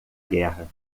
guerra